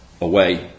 away